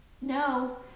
No